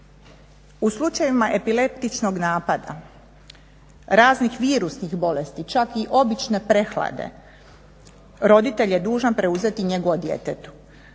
U slučajevima epileptičnog napada, raznih virusnih bolesti, čak i obične prehlade roditelj je dužan preuzeti njegu o djetetu.